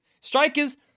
Strikers